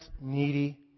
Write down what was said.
needy